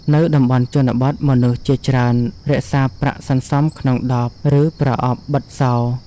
នៅតំបន់ជនបទ មនុស្សជាច្រើនរក្សាប្រាក់សន្សំក្នុងដប ឬប្រអប់បិទសោ។